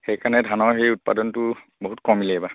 সেইকাৰণে ধানৰ সেই উৎপাদনটো বহুত কমিলে এইবাৰ